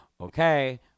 Okay